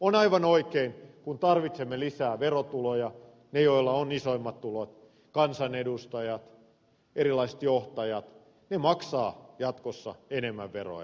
on aivan oikein että kun tarvitsemme lisää verotuloja ne joilla on isoimmat tulot kansanedustajat erilaiset johtajat maksavat jatkossa enemmän veroja